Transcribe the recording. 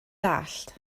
dallt